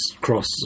Cross